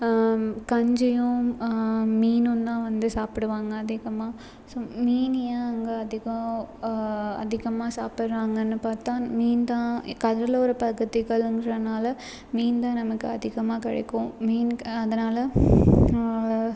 கஞ்சியும் மீனும் தான் வந்து சாப்பிடுவாங்க அதிகமாக ஸோ மீன் ஏன் அங்கே அதிகம் அதிகமாக சாப்பிட்றாங்கன்னு பார்த்தா மீன் தான் கடலோர பகுதிகளுங்கிறனால் மீன் தான் நமக்கு அதிகமாக கிடைக்கும் மீனுக்கு அதனால்